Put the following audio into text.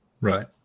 Right